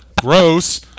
gross